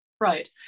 Right